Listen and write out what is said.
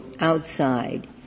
outside